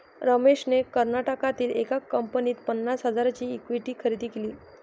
रमेशने कर्नाटकातील एका कंपनीत पन्नास हजारांची इक्विटी खरेदी केली